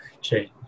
change